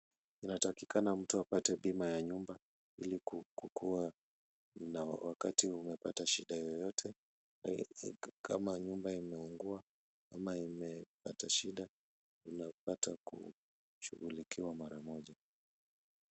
Inatakikana mtu apate bima ya nyumba ili kukuwa na wakati umepata shida yoyote kama nyumba imeungua ama imepata shida unapata kushughulikiwa mara moja.